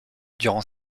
durant